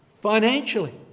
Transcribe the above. financially